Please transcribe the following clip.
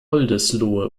oldesloe